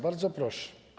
Bardzo proszę.